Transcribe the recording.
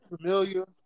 familiar